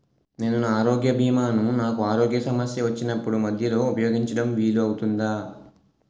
నేను నా ఆరోగ్య భీమా ను నాకు ఆరోగ్య సమస్య వచ్చినప్పుడు మధ్యలో ఉపయోగించడం వీలు అవుతుందా?